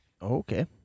Okay